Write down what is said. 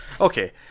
Okay